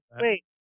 Wait